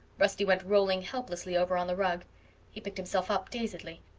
rusty went rolling helplessly over on the rug he picked himself up dazedly.